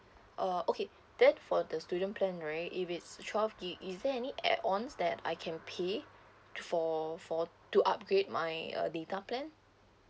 uh okay then for the student plan right if it's twelve G_B is there any add ons that I can pay for for to upgrade my uh data plan